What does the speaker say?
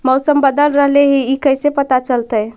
मौसम बदल रहले हे इ कैसे पता चलतै?